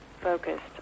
focused